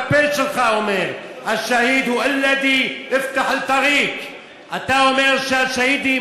בפה שלך אומר: השהיד הוא "אללדי אפתח אל-טריק"; אתה אומר שהשהידים,